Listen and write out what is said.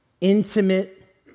intimate